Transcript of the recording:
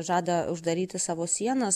žada uždaryti savo sienas